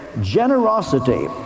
generosity